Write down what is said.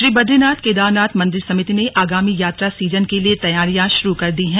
श्री बदरीनाथ केदारनाथ मंदिर समिति ने आगामी यात्रा सीजन के लिए तैयारियां शुरू कर दी हैं